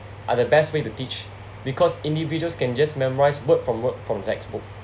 are the best way to teach because individuals can just memorise word from word from textbook